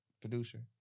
producer